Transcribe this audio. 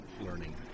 learning